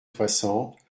soixante